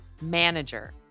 manager